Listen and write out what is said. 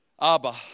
Abba